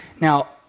Now